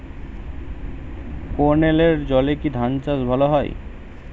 ক্যেনেলের জলে কি ধানচাষ ভালো হয়?